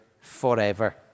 forever